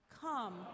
Come